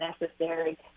necessary